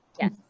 Yes